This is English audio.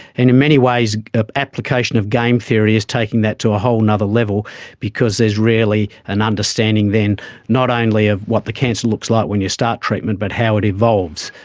and in many ways an application of game theory is taking that to ah whole and other level because there's really an understanding then not only of what the cancer looks like when you start treatment but how it evolves,